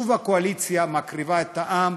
שוב הקואליציה מקריבה את העם.